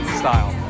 style